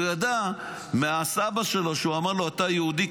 הוא ידע מהסבא שלו שהוא אמר לו: אתה יהודי,